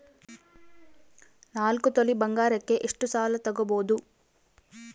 ನಾಲ್ಕು ತೊಲಿ ಬಂಗಾರಕ್ಕೆ ಎಷ್ಟು ಸಾಲ ತಗಬೋದು?